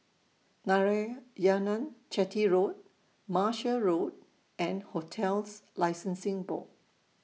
Narayanan Chetty Road Martia Road and hotels Licensing Board